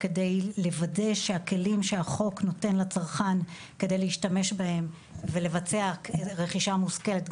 כדי לוודא שהכלים שהחוק נותן לצרכן כדי להשתמש בהם ולבצע רכישה המושכלת,